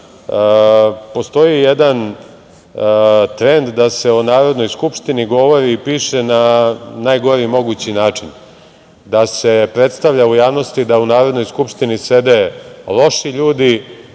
postoji jedan trend da se o Narodnoj skupštini govori i piše na najgori mogući način, da se predstavlja u javnosti da u Narodnoj skupštini sede loši ljudi,